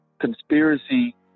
Conspiracy